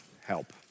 help